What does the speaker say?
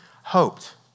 hoped